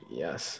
yes